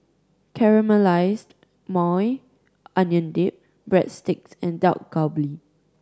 Caramelized Maui Onion Dip Breadsticks and Dak Galbi